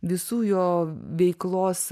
visų jo veiklos